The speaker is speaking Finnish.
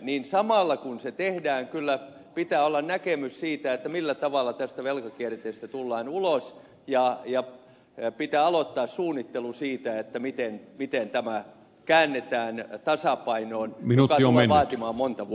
niin samalla kun se tehdään kyllä pitää olla näkemys siitä millä tavalla tästä velkakierteestä tullaan ulos ja pitää aloittaa suunnittelu siitä miten tämä käännetään tasapainoon mikä tulee vaatimaan monta vuotta